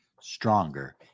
stronger